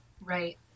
Right